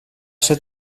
ser